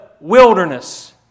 wilderness